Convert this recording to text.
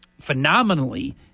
phenomenally